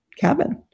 cabin